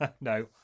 No